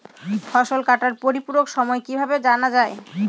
ফসল কাটার পরিপূরক সময় কিভাবে জানা যায়?